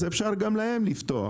אז אפשר גם להם לפתוח.